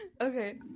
Okay